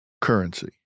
currency